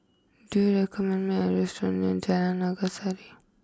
do you recommend me a restaurant near Jalan Naga Sari